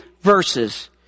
verses